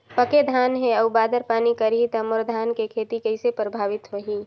पके धान हे अउ बादर पानी करही त मोर धान के खेती कइसे प्रभावित होही?